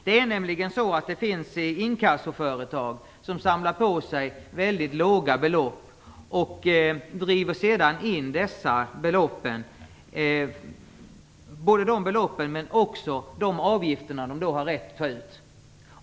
Det är nämligen så att det finns inkassoföretag som driver in en mängd små belopp, som de har samlat på sig. De driver då också in de avgifter som de har rätt att ta ut.